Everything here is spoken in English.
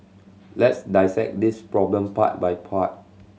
let's dissect this problem part by part